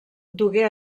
dugué